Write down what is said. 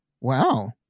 Wow